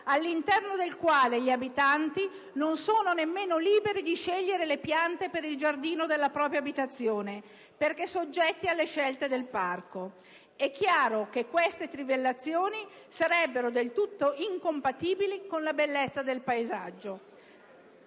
all'interno del quale gli abitanti non sono nemmeno liberi di scegliere le piante per il giardino della propria abitazione, perché soggetti alle scelte del Parco. È chiaro che queste trivellazioni sarebbero del tutto incompatibili con la bellezza del paesaggio».